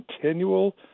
continual